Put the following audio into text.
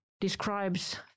describes